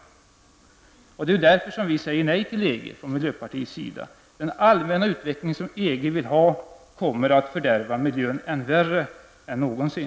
Det är därför vi i miljöpartiet säger nej till EG. Den allmänna utveckling som EG vill ha kommer att fördärva miljön värre än någonsin.